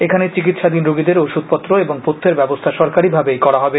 এখানে চিকিৎসাধীন রোগীদের ওষুধপত্র ও পথ্যের ব্যবস্থা সরকারিভাবেই করা হবে